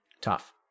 Tough